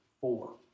four